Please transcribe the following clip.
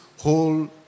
whole